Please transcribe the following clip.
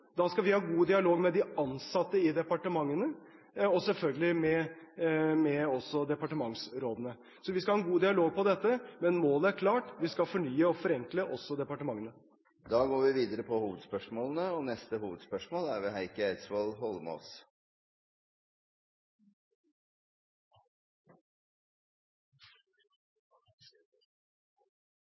Da skal vi ha god dialog med de ansatte i departementene og selvfølgelig også med departementsrådene. Vi skal altså ha en god dialog om dette, men målet er klart: Vi skal fornye og forenkle også departementene. Da går vi videre til neste hovedspørsmål. Jeg har et spørsmål til fiskeriministeren. Jeg vil sette spørsmålstegn ved